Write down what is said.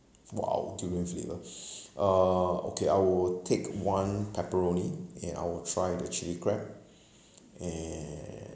!wow! durian flavour uh okay I will take one pepperoni and I will try the chili crab and